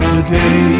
Today